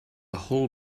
whole